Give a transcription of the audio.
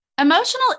Emotional